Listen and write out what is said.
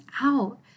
out